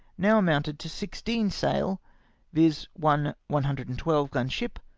now amounted to six teen sail viz. one one hundred and twelve gun ship,